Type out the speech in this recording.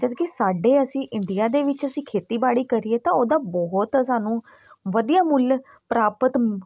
ਜਦੋਂ ਕਿ ਸਾਡੇ ਅਸੀਂ ਇੰਡੀਆ ਦੇ ਵਿੱਚ ਅਸੀਂ ਖੇਤੀਬਾੜੀ ਕਰੀਏ ਤਾਂ ਉਹਦਾ ਬਹੁਤ ਸਾਨੂੰ ਵਧੀਆ ਮੁੱਲ ਪ੍ਰਾਪਤ